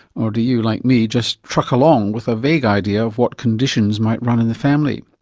or do you, like me, just truck along with a vague idea of what conditions might run in the family?